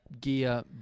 gear